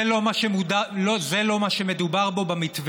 זה לא מה שמדובר בו במתווה.